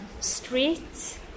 street